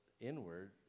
inward